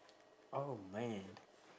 oh man